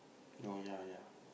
oh ya ya